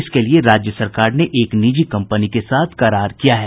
इसके लिये राज्य सरकार ने एक निजी कंपनी के साथ करार किया है